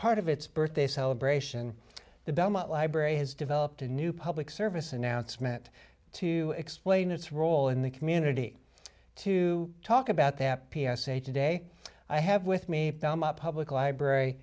part of its birthday celebration the belmont library has developed a new public service announcement to explain its role in the community to talk about that p s a today i have with me now my public library